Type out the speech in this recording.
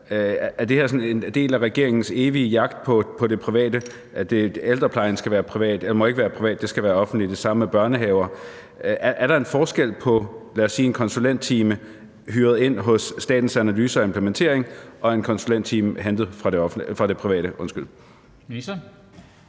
er sådan en del af regeringens evige jagt på det private: at ældreplejen ikke må være privat, men skal være offentlig, og det samme med børnehaver. Er der forskel på, lad os sige en konsulenttime hyret ind hos Statens Analyser og Implementering og en konsulenttime hentet fra det private?